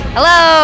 Hello